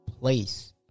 place